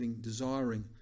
desiring